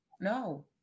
no